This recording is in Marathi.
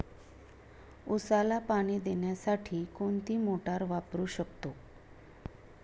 उसाला पाणी देण्यासाठी कोणती मोटार वापरू शकतो?